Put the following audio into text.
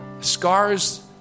Scars